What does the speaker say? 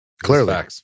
Clearly